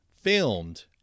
filmed